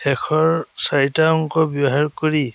শেষৰ চাৰিটা অংক ব্যৱহাৰ কৰি